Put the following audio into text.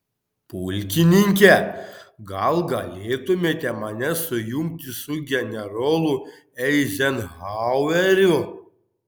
pulkininke gal galėtumėte mane sujungti su generolu eizenhaueriu